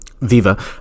Viva